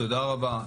תודה רבה.